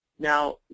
Now